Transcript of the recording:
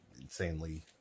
insanely